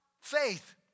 faith